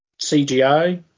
CGI